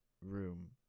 room